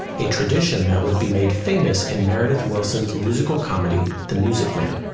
a tradition that would be made famous in meredith willson's musical comedy, the music man.